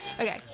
Okay